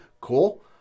cool